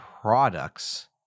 products